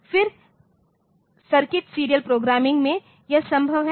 फिर circuit serial programming में यह संभव है